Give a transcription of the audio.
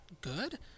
good